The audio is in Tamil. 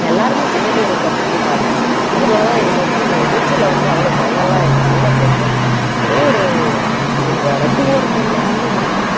எல்லாேருமே சேர்ந்து எனக்கு கற்று கொடுத்தாங்க அதனாலதான் எனக்கு வந்து நீச்சல் வந்து அவ்வளோ பயமெலாம் இல்லை நல்ல தெளிவாக ஒரே ஒரு ரெண்டு ஒரு மூணு நாளிலே வந்து